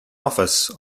office